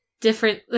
different